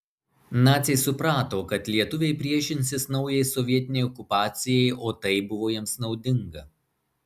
naciai suprato kad lietuviai priešinsis naujai sovietinei okupacijai o tai buvo jiems naudinga